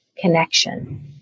connection